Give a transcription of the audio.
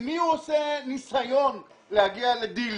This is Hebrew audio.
עם מי הוא עושה ניסיון להגיע לדילים?